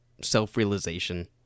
self-realization